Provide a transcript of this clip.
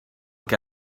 que